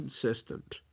consistent